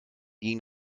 gegen